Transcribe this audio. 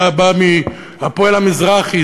אתה בא מ"הפועל המזרחי",